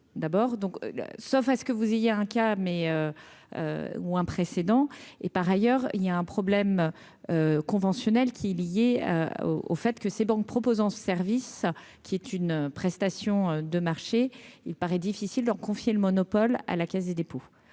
d'abord donc, sauf à ce que vous ayez un cas mais ou un précédent et par ailleurs il y a un problème conventionnel qui est lié au fait que ces banques proposant ce service qui est une prestation de marcher, il paraît difficile de leur confier le monopole à la Caisse des Dépôts,